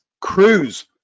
cruise